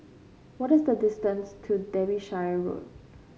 what is the distance to Derbyshire Road